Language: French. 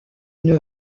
une